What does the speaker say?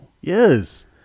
Yes